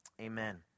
amen